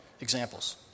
examples